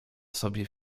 sobie